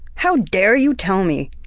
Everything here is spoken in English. how dare you tell me?